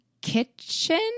Kitchen